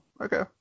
Okay